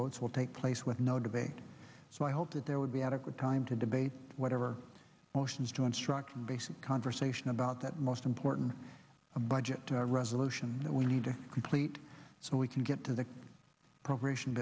votes will take place with no debate so i hope that there would be adequate time to debate whatever motions to instruct and basic conversation about that most important a budget resolution that we need to complete so we can get to the pr